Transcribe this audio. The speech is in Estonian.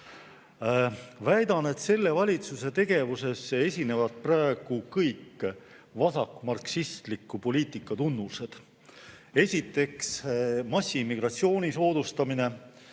Väidan, et selle valitsuse tegevuses esinevad praegu kõik vasakmarksistliku poliitika tunnused: esiteks, massiimmigratsiooni soodustamine;